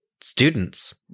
Students